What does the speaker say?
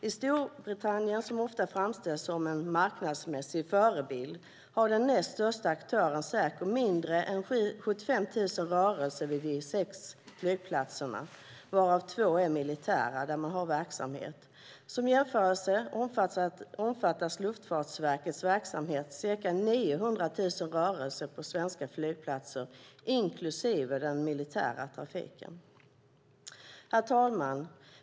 I Storbritannien, som ofta framhålls som en marknadsmässig förebild, har den näst största aktören Serco mindre än 75 000 rörelser vid de sex flygplatserna, varav två militära, där man har verksamhet. Som jämförelse kan nämnas att Luftfartsverkets verksamhet omfattar ca 900 000 rörelser på svenska flygplatser, inklusive den militära trafiken. Herr talman!